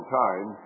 time